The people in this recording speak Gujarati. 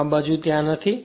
કારણ કે આ બાજુ ત્યાં નથી